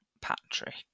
Patrick